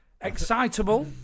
excitable